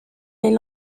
les